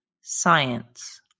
science